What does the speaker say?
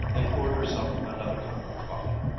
and poured herself another cup of coffee.